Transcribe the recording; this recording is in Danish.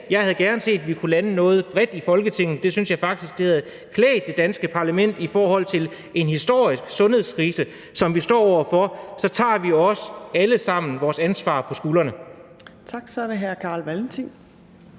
Jeg havde gerne set, at vi kunne lande noget bredt i Folketinget. Det synes jeg faktisk havde klædt det danske parlament: altså at vi i forhold til den historiske sundhedskrise, som vi står over for, alle sammen tager vores ansvar på skuldrene.